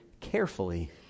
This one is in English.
carefully